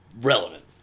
relevant